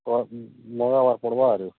per ମଗାବାର୍ ପଡ଼୍ବା ଆରୁ